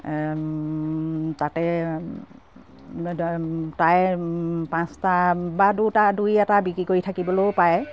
তাতে তাৰে পাঁচটা বা দুটা দুই এটা বিক্ৰী কৰি থাকিবলৈও পাৰে